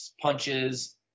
punches